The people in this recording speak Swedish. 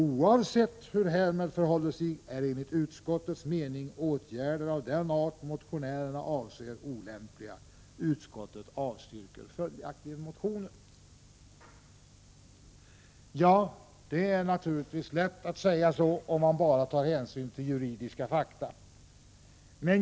Oavsett hur härmed förhåller sig är enligt utskottets mening åtgärder av den art motionärerna avser olämpliga. Utskottet avstyrker följaktligen motionen.” Ja, det är naturligtvis lätt att säga så, om man bara tar hänsyn till juridiska fakta.